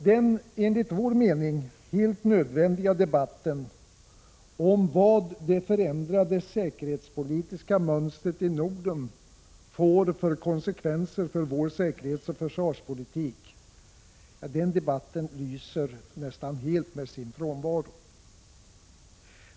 Den, enligt vår mening, helt nödvändiga debatten om vad det förändrade säkerhetspolitiska mönstret i Norden får för konsekvenser för vår säkerhetsoch försvarspolitik lyser nästan helt med sin frånvaro.